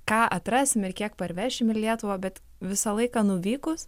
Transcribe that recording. ką atrasim ir kiek parvešim į lietuvą bet visą laiką nuvykus